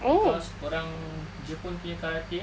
cause orang jepun punya karate